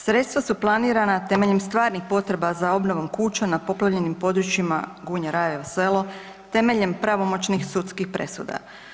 Sredstva su planirana temeljem stvarnih potreba za obnovom kuća na poplavljenim područjima Gunja-Rajevo Selo, temeljem pravomoćnih sudskih presuda.